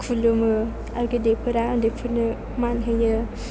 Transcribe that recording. खुलुमो आरो गिदिरफोरा उन्दैफोरनो मान होयो